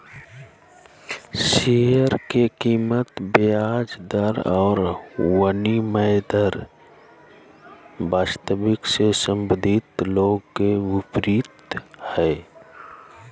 share के कीमत ब्याज दर और विनिमय दर वास्तविक से संबंधित लोग के विपरीत हइ